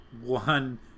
One